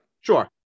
Sure